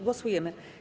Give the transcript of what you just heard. Głosujemy.